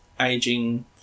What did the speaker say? Aging